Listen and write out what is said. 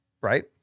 right